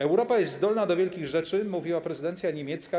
Europa jest zdolna do wielkich rzeczy - mówiła prezydencja niemiecka.